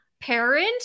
parent